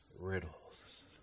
riddles